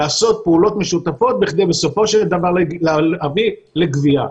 לעשות פעולות משותפות בכדי בסופו של דבר להביא לגבייה.